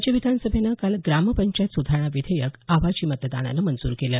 राज्य विधानसभेनं काल ग्राम पंचायत सुधारणा विधेयक आवाजी मतदानानं मंजूर केलं